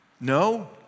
No